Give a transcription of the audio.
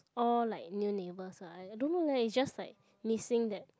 all like new neighbours ah I don't know leh is just like missing that